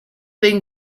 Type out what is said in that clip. been